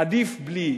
עדיף בלי.